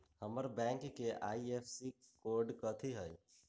हमर बैंक के IFSC code कथि हई?